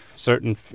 Certain